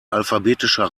alphabetischer